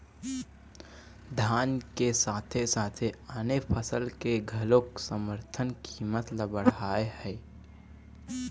धान के साथे साथे आने फसल के घलोक समरथन कीमत ल बड़हाए हे